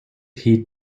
heed